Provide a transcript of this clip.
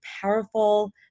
powerful